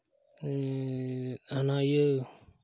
ᱦᱟᱱᱟ ᱤᱭᱟᱹ